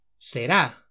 será